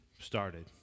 started